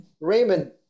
Raymond